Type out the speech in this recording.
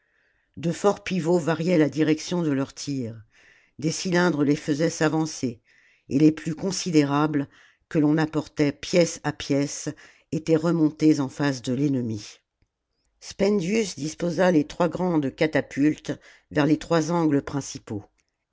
de forts pivots variaient la direction de leur tir des cylindres les faisaient s'avancer et les plus considérables que l'on apportait pièce à pièce étaient remontées en face de l'ennemi spendius disposa les trois grandes catapultes vers les trois angles principaux